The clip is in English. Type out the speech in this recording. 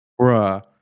bruh